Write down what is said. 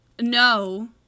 no